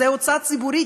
זו הוצאה ציבורית,